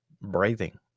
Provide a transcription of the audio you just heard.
breathing